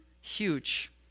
huge